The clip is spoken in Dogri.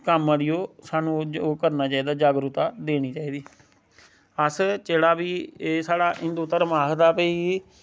कम्मा दी ओह् स्हानू ओह् करना चाहिदा जागरूकता देनी चाइदी अस जेह्ड़ा बी एह् स्हाड़ा हिंदू धर्म आखदा भाई